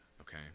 okay